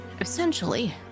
essentially